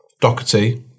Doherty